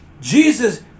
Jesus